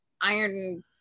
iron